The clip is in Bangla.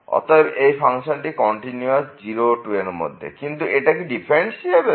অতএব এই ফাংশনটি কন্টিনিউয়াস 0 ও 2 এর মধ্যে কিন্তু এটাকি ডিফারেন্সিএবেল